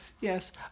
Yes